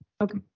Okay